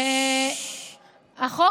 ששש.